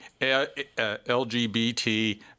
LGBT